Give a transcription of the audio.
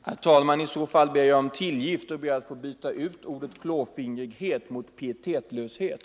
Herr talman! I så fall ber jag om tillgift och ber att få byta ut klåfingrighet mot ordet pietetslöshet.